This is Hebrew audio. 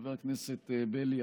חבר הכנסת בליאק,